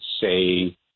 say